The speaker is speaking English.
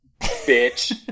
bitch